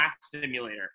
simulator